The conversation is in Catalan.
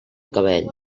cabell